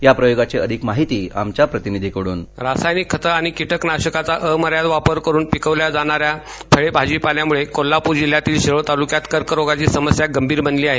या प्रयोगाची अधिक माहितीः रासायनिक खते आणि किटकनाशकांचा अमर्याद वापर करून पिकवल्या जाणा या फळे भाजीपाल्यामुळे कोल्हापूर जिल्हयातील शिरोळ तालुक्यात कर्करोगाची समस्या गंभीर बनली आहे